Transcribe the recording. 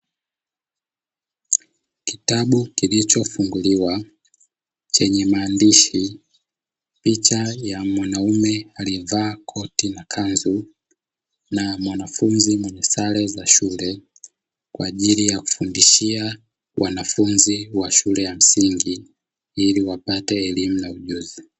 Kitabu kilichofunguliwa chenye maandishi, picha ya mwanaume aliyevaa koti na kanzu, na mwanafunzi mwenye sare ya shule; kwa ajili ya kufundishia wanafunzi wa shule ya msingi ili wapate elimu na ujuzi.